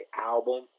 album